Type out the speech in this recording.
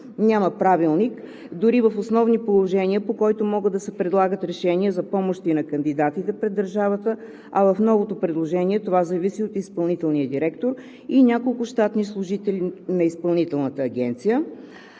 Няма правилник, дори в основни положения, по който могат да се предлагат решения за помощи на кандидатите пред държавата, а в новото предложение това зависи от изпълнителния директор и няколко щатни служители на Изпълнителната агенция,